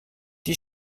die